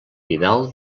vidal